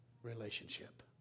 Relationship